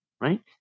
right